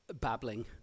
babbling